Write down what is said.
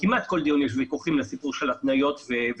כמעט בכל דיון יש ויכוחים לגבי הסיפור של התניות בשלבי